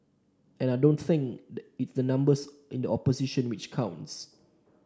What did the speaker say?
and I don't think it's the numbers in the opposition which counts